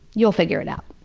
you'll figure it out.